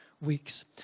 Weeks